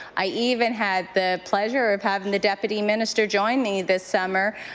i even had the pleasure of having the deputy minister join me this summer,